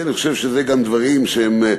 אני חושב שזה גם דברים שהם,